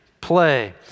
play